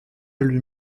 lui